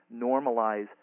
normalize